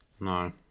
No